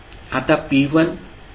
आता p1 p2 आणि pn काय आहेत